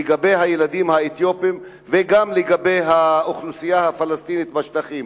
לגבי הילדים האתיופים וגם לגבי האוכלוסייה הפלסטינית בשטחים.